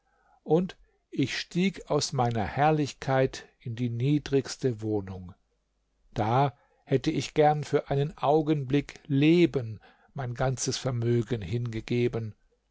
und ich stieg aus meiner herrlichkeit in die niedrigste wohnung da hätte ich gern für einen augenblick leben mein ganzes vermögen hingegeben